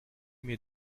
mir